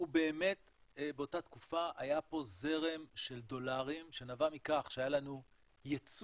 באמת באותה תקופה היה פה זרם של דולרים שנבע מכך שהיה לנו יצוא